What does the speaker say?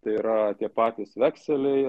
tai yra tie patys vekseliai